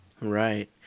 right